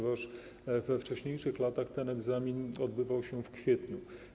We wcześniejszych latach ten egzamin odbywał się w kwietniu.